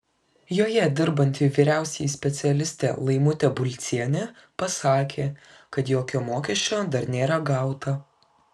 joje dirbanti vyriausioji specialistė laimutė bulcienė pasakė kad jokio mokesčio dar nėra gauta